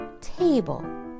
table